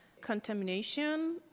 contamination